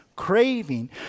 craving